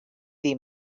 grow